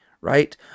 right